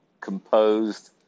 composed